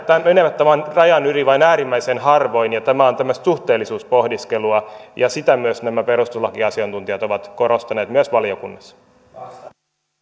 menevät tämän rajan yli vain äärimmäisen harvoin ja tämä on tämmöistä suhteellisuuspohdiskelua ja sitä myös nämä perustuslakiasiantuntijat ovat korostaneet myös valiokunnissa